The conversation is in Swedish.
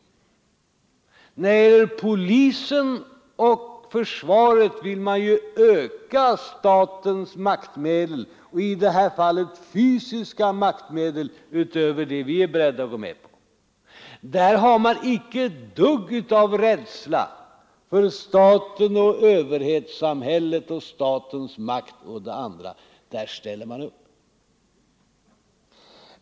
I fråga om polisen och försvaret vill moderaterna öka statens maktmedel — de rent fysiska maktmedlen — utöver det vi är beredda att gå med på. Där har man icke ett dugg av rädsla för staten och överhetssamhället, för statens makt och allt det där andra. Där ställer man upp.